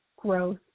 growth